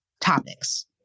topics